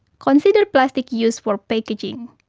consider plastic used for packaging.